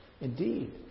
Indeed